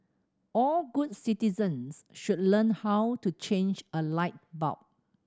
all good citizens should learn how to change a light bulb